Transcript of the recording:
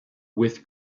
with